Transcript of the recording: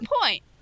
point